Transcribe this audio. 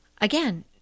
Again